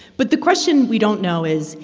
but the question we don't know is,